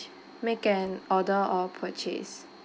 make an order or purchase